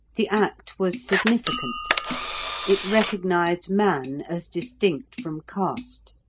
the act was significant it recognised man as distinct from caste.